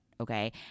okay